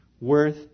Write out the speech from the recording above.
worth